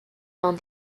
dans